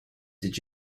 did